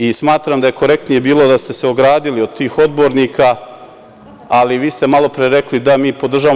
I smatram da je korektnije bilo da ste se ogradili od tih odbornika, ali vi ste malo pre rekli - da, mi podržavamo.